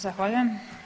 Zahvaljujem.